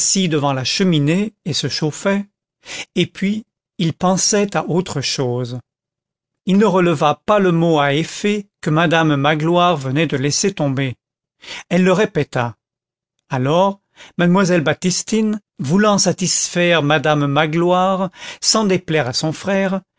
devant la cheminée et se chauffait et puis il pensait à autre chose il ne releva pas le mot à effet que madame magloire venait de laisser tomber elle le répéta alors mademoiselle baptistine voulant satisfaire madame magloire sans déplaire à son frère